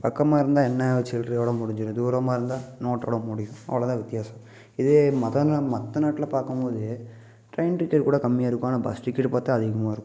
பக்கமாக இருந்தால் என்ன சில்லறையோட முடிஞ்சுடும் தூரமாக இருந்தால் நோட்டோடு முடியும் அவ்வளோதான் வித்தியாசம் இதே மதன மற்ற நாட்டில் பார்க்கும்போதே டிரெயின் டிக்கெட் கூட கம்மியாக இருக்கும் ஆனால் பஸ் டிக்கெட் பார்த்தா அதிகமாக இருக்கும்